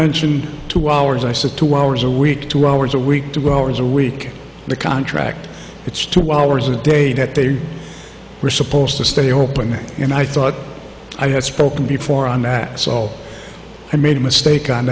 mention two hours i said two hours a week two hours a week to growers a week the contract it's two hours a day that they were supposed to stay open and i thought i had spoken before i max all had made a mistake